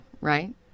right